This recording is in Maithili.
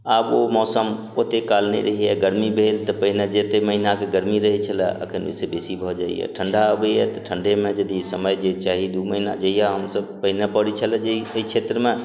आब ओ मौसम ओतेक काल नहि रहैया गर्मी भेल तऽ पहिने जतेक महीनाके गर्मी रहै छलए अखन ओहिसँ बेसी भऽ जाइया ठण्डा अबैया तऽ ठण्डेमे जदि समय जे चाही दू महीना जहिया हमसब पहिने पड़ै छलै जे एहि क्षेत्रमे